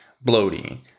bloating